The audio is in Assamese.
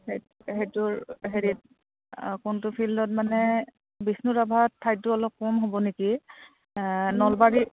সেই সেইটোৰ হেৰিত কোনটো ফিল্ডত মানে বিষ্ণুৰাভাত ঠাইটো অলপ কম হ'ব নেকি নলবাৰী